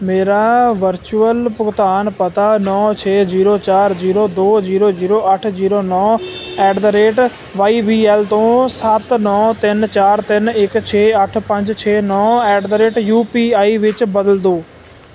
ਮੇਰਾ ਵਰਚੁਅਲ ਭੁਗਤਾਨ ਪਤਾ ਨੌ ਛੇ ਜੀਰੋ ਚਾਰ ਜੀਰੋ ਦੋ ਜੀਰੋ ਜੀਰੋ ਅੱਠ ਜੀਰੋ ਨੌ at the rate Y B L ਤੋਂ ਸੱਤ ਨੌ ਤਿੰਨ ਚਾਰ ਤਿੰਨ ਇੱਕ ਛੇ ਅੱਠ ਪੰਜ ਛੇ ਨੌ at the rate U P I ਵਿੱਚ ਬਦਲ ਦਿਉ